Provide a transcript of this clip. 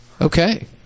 Okay